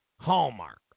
Hallmark